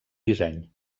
disseny